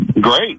Great